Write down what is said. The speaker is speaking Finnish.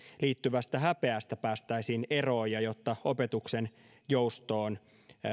liittyvästä häpeästä päästäisiin eroon ja jotta opetuksen joustoon